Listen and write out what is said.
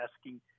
asking